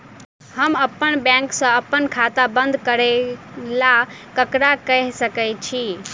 हम अप्पन बैंक सऽ अप्पन खाता बंद करै ला ककरा केह सकाई छी?